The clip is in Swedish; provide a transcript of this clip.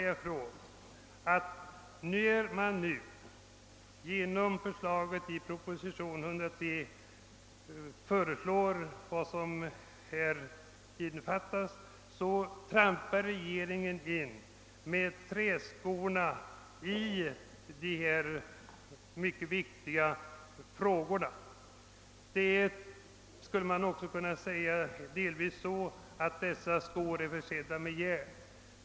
Med sitt förslag i propositionen 103 trampar regeringen in med träskorna i dessa mycket viktiga frågor. Man skulle också kunna säga att dessa skor är försedda med järn.